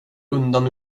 undan